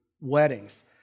weddings